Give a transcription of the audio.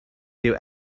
dyw